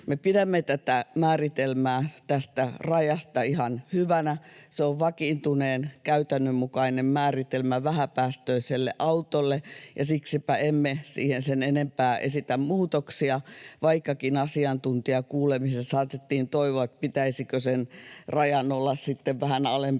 Me pidämme tätä määritelmää tästä rajasta ihan hyvänä — se on vakiintuneen käytännön mukainen määritelmä vähäpäästöiselle autolle — ja siksipä emme siihen sen enempää esitä muutoksia, vaikkakin asiantuntijakuulemisessa saatettiin toivoa, että pitäisikö sen rajan olla sitten vähän alempi